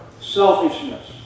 selfishness